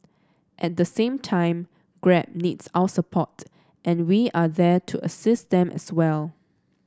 at the same time Grab needs our support and we are there to assist them as well